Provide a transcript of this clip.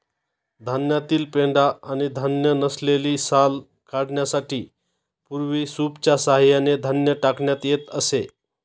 धान्यातील पेंढा आणि धान्य नसलेली साल काढण्यासाठी पूर्वी सूपच्या सहाय्याने धान्य टाकण्यात येत असे